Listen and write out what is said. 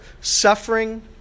suffering